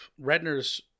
redner's